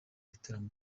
bitaramo